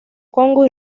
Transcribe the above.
congo